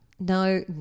No